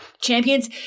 champions